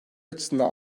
açısından